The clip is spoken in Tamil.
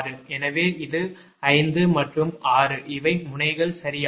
எனவே இது 5 மற்றும் 6 இவை முனைகள் சரியானவை